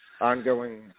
ongoing